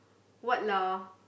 what lah